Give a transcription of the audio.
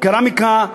קרמיקה,